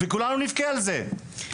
וכולנו נבכה על זה.